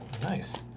Nice